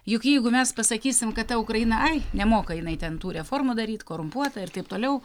juk jeigu mes pasakysim kad ta ukraina ai nemoka jinai ten tų reformų daryt korumpuota ir taip toliau